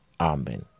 amen